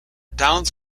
downs